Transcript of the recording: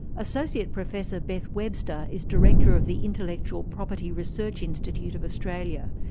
associate professor beth webster is director of the intellectual property research institute of australia.